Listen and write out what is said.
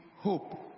hope